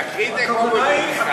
תקריא את זה כמו במנחה.